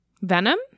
Venom